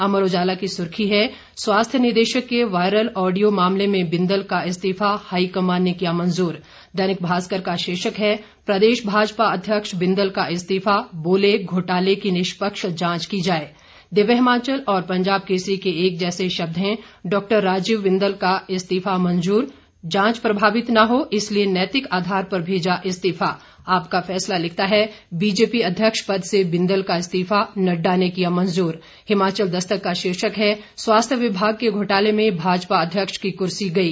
अमर उजाला की सुर्खी है स्वास्थ्य निदेशक के वायरल ऑडियो मामले में बिंदल का इस्तीफा हाईकमान ने किया मंजूर दैनिक भास्कर का शीर्षक है प्रदेश भाजपा अध्यक्ष बिंदल का इस्तीफा बोले घोटाले की निष्पक्ष जांच की जाए दिव्य हिमाचल और पंजाब केसरी के एक जैसे शब्द हैं डा राजीव बिंदल का इस्तीफा मंजूर जांच प्रभावित न हो इसलिए नैतिक आधार पर भेजा इस्तीफा आपका फैसला लिखता है बीजेपी अध्यक्ष पद से बिंदल का इस्तीफा नड़डा ने किया मंजूर हिमाचल दस्तक का शीर्षक है स्वास्थ्य विभाग के घोटाले में भाजपा अध्यक्ष की कर्सी गई